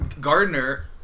Gardner